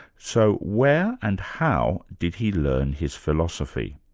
so where and how did he learn his philosophy?